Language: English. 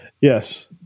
yes